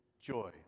joy